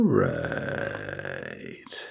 right